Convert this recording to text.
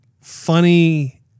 funny